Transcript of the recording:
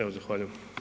Evo, zahvaljujem.